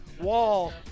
wall